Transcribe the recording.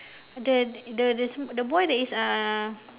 the the the boy that is uh